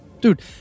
dude